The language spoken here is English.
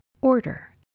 order